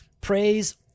praise